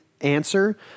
answer